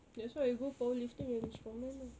that's why I go power lifting and strong man lah